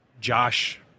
Josh